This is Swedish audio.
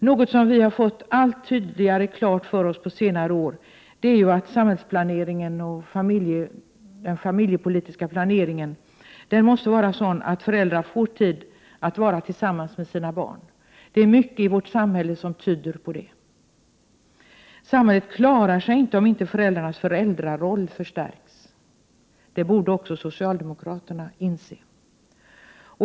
Något som vi har fått allt tydligare klart för oss på senare år är att samhällsplaneringen och den familjepolitiska planeringen måste vara sådana att föräldrar får tid att vara tillsammans med sina barn. Det är mycket i samhället som tyder på det. Samhället klarar sig inte om inte föräldrarnas föräldraroll förstärks. Det borde också socialdemokraterna inse.